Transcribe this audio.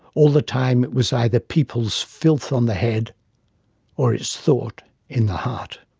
all the time it was either people's filth on the head or its thought in the heart.